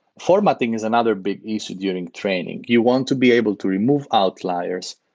formatting is another big issue during training. you want to be able to remove outliers.